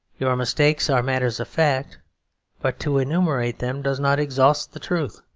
your mistakes are matters of fact but to enumerate them does not exhaust the truth.